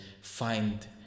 find